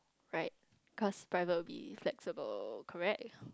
right cause probably flexible correct